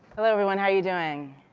hello everyone, how you doing?